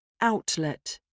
Outlet